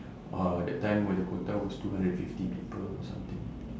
uh that time when the quota was two hundred and fifty people or something